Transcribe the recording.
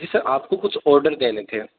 جی sir آپ کو کچھ آڈر دینے تھے